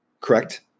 Correct